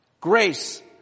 grace